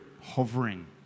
hovering